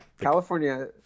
California